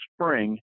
spring